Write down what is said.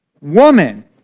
woman